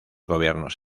gobiernos